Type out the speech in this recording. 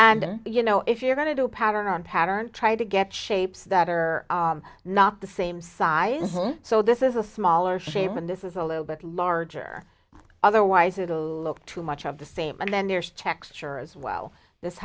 and you know if you're going to do a pattern on pattern try to get shapes that are not the same size so this is a smaller shaman this is a little bit larger otherwise it'll look too much of the same and then there's texture as well this